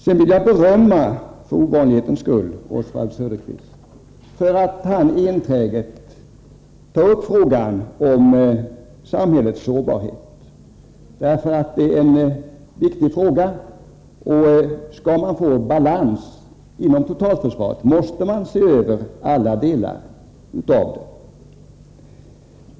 Sedan vill jag för ovanlighetens skulle berömma Oswald Söderqvist för att han enträget tar upp frågan om samhällets sårbarhet. Det är en viktig fråga, och skall man få balans inom totalförsvaret måste man se över alla delar av det.